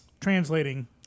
translating